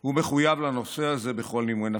הוא מחויב לנושא הזה בכל נימי נפשו,